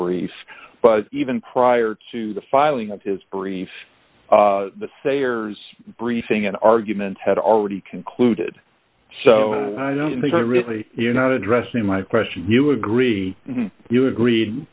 brief but even prior to the filing of his brief the sayer's briefing and arguments had already concluded so i don't think i really you're not addressing my question you agree you agreed